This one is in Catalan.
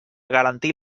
garantir